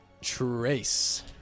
Trace